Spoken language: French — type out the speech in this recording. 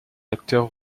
acteurs